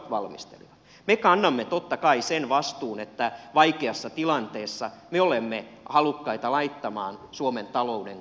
me kannamme totta kai sen vastuun että vaikeassa tilanteessa me olemme halukkaita laittamaan suomen talouden kuntoon